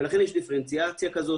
ולכן יש דיפרנציאציה כזאת,